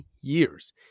years